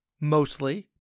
mostly